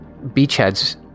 beachheads